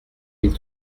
mille